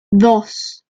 dos